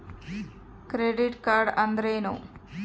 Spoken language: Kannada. ಕ್ರೆಡಿಟ್ ಕಾರ್ಡ್ ಅಂದ್ರೇನು?